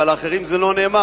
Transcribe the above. ועל האחרים זה לא נאמר,